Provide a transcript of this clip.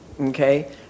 okay